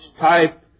type